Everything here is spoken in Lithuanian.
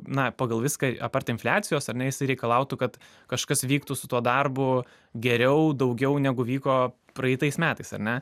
na pagal viską apart infliacijos ar ne jisai reikalautų kad kažkas vyktų su tuo darbu geriau daugiau negu vyko praeitais metais ar ne